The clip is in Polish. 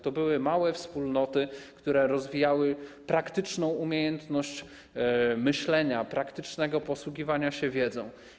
To były małe wspólnoty, które rozwijały praktyczną umiejętność myślenia, praktycznego posługiwania się wiedzą.